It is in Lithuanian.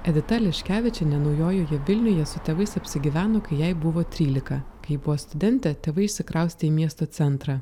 edita aleškevičienė naujojoje vilnioje su tėvais apsigyveno kai jai buvo trylika kai buvo studentė tėvai išsikraustė į miesto centrą